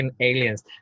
aliens